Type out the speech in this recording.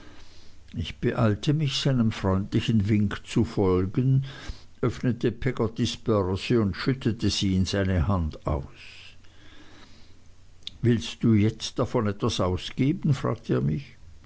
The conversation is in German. ich beeilte mich seinem freundlichen wink zu folgen öffnete peggottys börse und schüttete sie in seine hand aus willst du jetzt etwas davon ausgeben fragte er mich